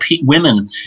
women